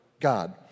God